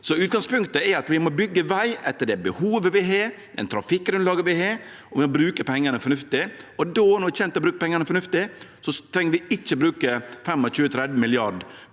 Utgangspunktet er at vi må byggje veg etter det behovet vi har, det trafikkgrunnlaget vi har, og vi må bruke pengane fornuftig. Då, når vi bruker pengane fornuftig, treng vi ikkje å bruke 25–30 mrd.